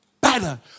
better